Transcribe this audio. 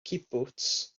cibwts